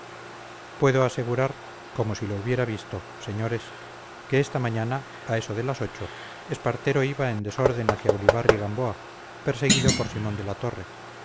puedo asegurar como si lo hubiera visto señores que esta mañana a eso de las ocho espartero iba en desorden hacia ulibarri gamboa perseguido por simón de la torre